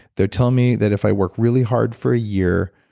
they're telling me that if i work really hard for a year,